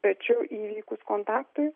tačiau įvykus kontaktui